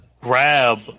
grab